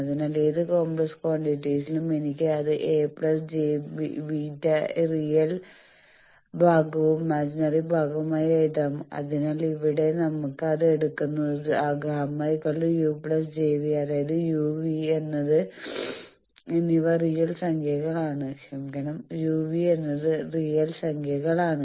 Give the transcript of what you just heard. അതിനാൽ ഏത് കോംപ്ലക്സ് ക്വാണ്ടിറ്റീസ്ലും എനിക്ക് അത് a jβ റിയൽ ഭാഗവും ഇമാജിനറി ഭാഗവും ആയി എഴുതാം അതിനാൽ ഇവിടെ നമ്മൾ അത് എടുക്കുന്നു Γu jv അതായത് u v എന്നിവ റിയൽ സംഖ്യകളാണ്